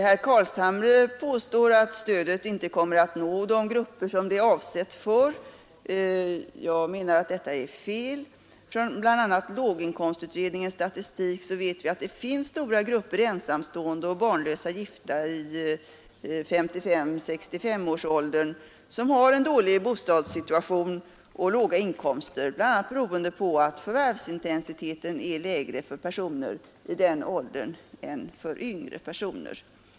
Herr Carlshamre påstår att stödet inte kommer att nå de grupper för vilka det är avsett. Det anser jag är fel. Från bl.a. låginkomstutredningens statistik vet vi att det finns stora grupper ensamstående och barnlösa gifta i 55—65-årsåldern som har en dålig bostadssituation och låga inkomster, bl.a. beroende på att förvärvsintensiteten är lägre för personer i den åldern än för yngre personer.